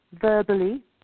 verbally